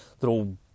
little